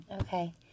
Okay